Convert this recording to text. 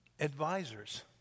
advisors